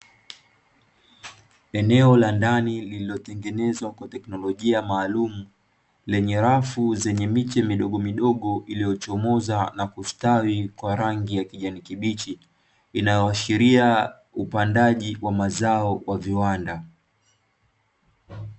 Eneo la ndani lililotengenezwa kwa teknolojia maalumu, lenye rafu zenye miche midogomidogo iliyochomoza na kustawi kwa rangi ya kijani kibichi, inayoashiria upandaji wa mazao wa viwanda.